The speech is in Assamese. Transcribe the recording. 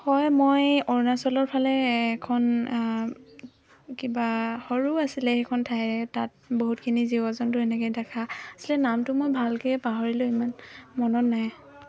হয় মই অৰুণাচলৰ ফালে এখন কিবা সৰু আছিলে সেইখন ঠাই তাত বহুতখিনি জীৱ জন্তু এনেকৈ দেখা আছিলে নামটো মই ভালকৈ পাহৰিলোঁ ইমান মনত নাই